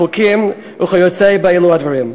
חוקים וכיוצא באלו הדברים.